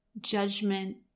judgment